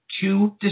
two